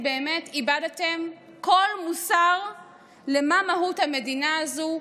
באמת איבדתם כל מוסר למה מהות המדינה הזו,